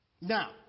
Now